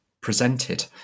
presented